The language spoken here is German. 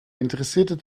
interessierte